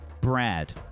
Brad